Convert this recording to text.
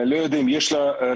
אני לא יודע אם יש לה רכב,